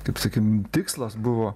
kaip sakim tikslas buvo